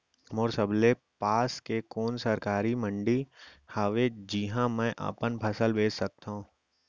मोर सबले पास के कोन सरकारी मंडी हावे जिहां मैं अपन फसल बेच सकथव?